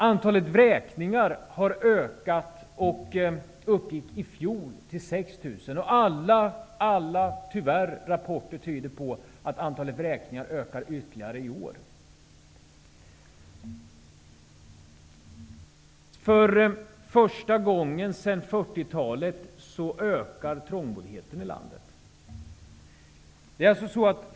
Antalet vräkningar har ökat och uppgick i fjol till 6 000. Alla rapporter tyder på att antalet vräkningar ökar ytterligare i år. För första gången sedan 1940-talet ökar trångboddheten i landet.